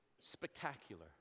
spectacular